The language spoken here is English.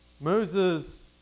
Moses